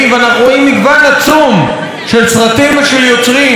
ואנחנו רואים מגוון עצום של סרטים ושל יוצרים.